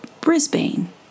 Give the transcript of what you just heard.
Brisbane